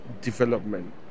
development